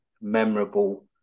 memorable